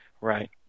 Right